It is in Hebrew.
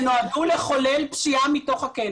אני לא חייבת להרשות שיחות ועידה שנועדו לחולל פשיעה מתוך הכלא.